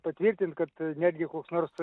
patvirtint kad netgi koks nors